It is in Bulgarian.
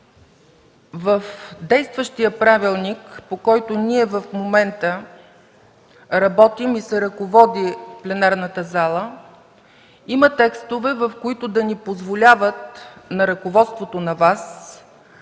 В действащия правилник, по който ние в момента работим и се ръководи пленарната зала, има текстове, които ни позволяват – на ръководството, на Вас,